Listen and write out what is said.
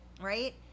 right